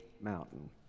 Mountain